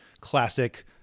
classic